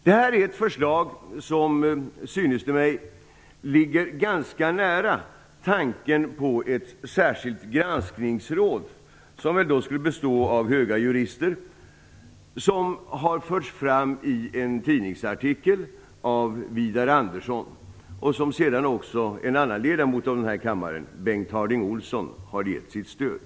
Detta är ett förslag, som - synes det mig - ligger ganska nära tanken på ett särskilt granskningsråd, som väl då skulle bestå av höga jurister, såsom har förts fram i en tidningsartikel av Widar Andersson och som en annan ledamot av denna kammare, Bengt Harding Olsson, sedan har givit sitt stöd.